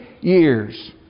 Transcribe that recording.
years